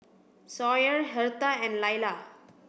Sawyer Hertha and Lailah